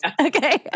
Okay